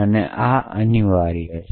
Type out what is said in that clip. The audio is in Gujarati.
તો આ અનિવાર્ય છે